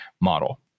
model